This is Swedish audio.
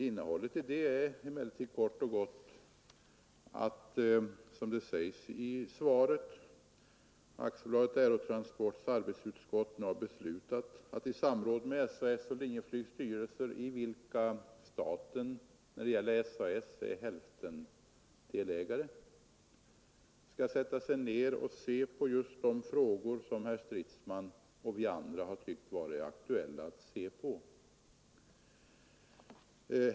Innehållet i det är emellertid, som det sägs i svaret, kort och gott att AB Aerotransports arbetsutskott nu har beslutat att i samråd med SAS:s och Linjeflygs styrelser — där staten när det gäller SAS är hälftendelägare — gå igenom just de frågor som herr Stridsman och vi andra har ansett det aktuellt att se närmare på.